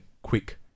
quick